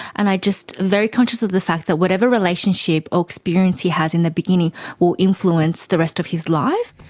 and i am just very conscious of the fact that whatever relationship or experience he has in the beginning will influence the rest of his life.